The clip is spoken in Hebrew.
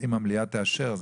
אם המליאה תאשר,